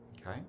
Okay